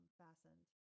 fastened